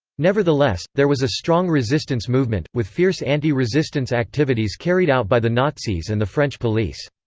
nevertheless, there was a strong resistance movement, with fierce anti-resistance activities carried out by the nazis and the french police.